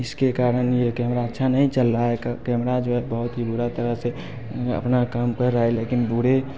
इसके कारण ये कैमरा अच्छा नहीं चल रहा है का कैमरा जो बहुत ही बुरी तरह से अपना काम कर रहा है लेकिन पूरे